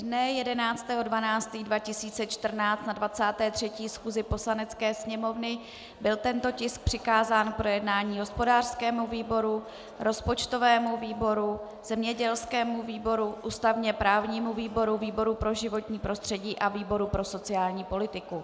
Dne 11. 12. 2014 na 23. schůzi Poslanecké sněmovny byl tento tisk přikázán k projednání hospodářskému výboru, rozpočtovému výboru, zemědělskému výboru, ústavněprávnímu výboru, výboru pro životní prostředí a výboru pro sociální politiku.